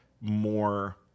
more